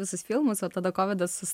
visus filmus o tada kovidas